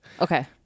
Okay